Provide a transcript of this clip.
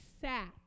sat